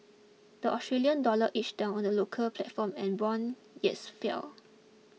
the Australian dollar edged down on the local platform and bond yields fell